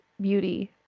beauty